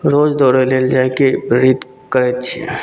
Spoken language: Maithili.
रोज दौड़ै लेल जाएके प्रेरित करै छिए